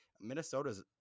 Minnesota's